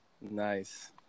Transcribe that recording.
Nice